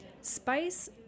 Spice